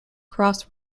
cross